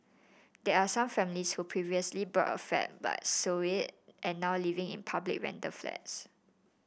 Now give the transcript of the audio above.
there are some families who previously bought a flat but sold it and now living in public rental flats